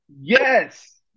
Yes